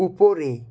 উপরে